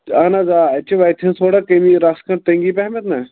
اَہن حظ آ اَتہِ چھِ وَتہِ ہٕنٛز تھوڑا کٔمی رَژھ کھنٛڈ تٔنٛگی پہمتھ نا